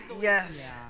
yes